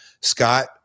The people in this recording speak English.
Scott